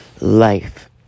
life